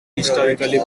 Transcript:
historically